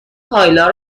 کایلا